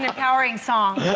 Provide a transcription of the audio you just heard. powering songs,